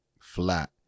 flat